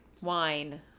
wine